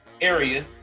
area